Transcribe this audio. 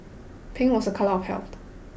pink was a colour of health